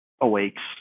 awakes